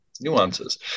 nuances